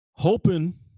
Hoping